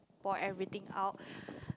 pour everything out